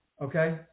okay